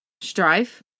strife